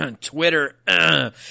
Twitter